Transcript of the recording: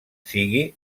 sigui